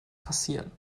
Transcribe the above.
passieren